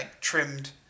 trimmed